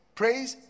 praise